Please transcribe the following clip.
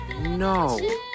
no